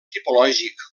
tipològic